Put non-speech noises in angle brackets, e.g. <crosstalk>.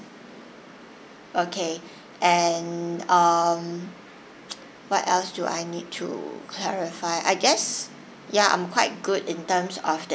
okay and um <noise> what else do I need to clarify I guess ya I'm quite good in terms of the